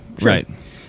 Right